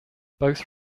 both